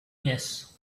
yes